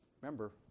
Remember